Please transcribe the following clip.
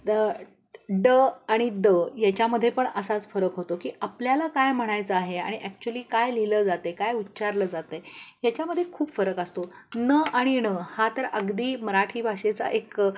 त ड आणि द याच्यामध्ये पण असाच फरक होतो की आपल्याला काय म्हणायचं आहे आणि ॲक्च्युली काय लिहिलं जाते काय उच्चारलं जातं आहे ह्याच्यामध्ये खूप फरक असतो न आणि ण हा तर अगदी मराठी भाषेचा एक